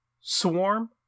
Swarm